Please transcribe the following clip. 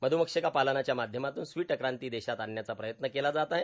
मध्मक्षिका पालनाच्या माध्यमातून स्वीट क्रांती देशात आणण्याचा प्रयत्न केला जात आहे